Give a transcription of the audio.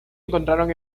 encontraron